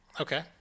okay